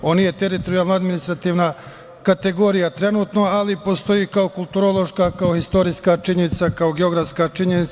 On nije teritorijalno-administrativna kategorija trenutno, ali postoji kao kulturološka, kao istorijska činjenica, kao geografska činjenica.